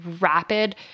rapid